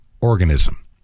organism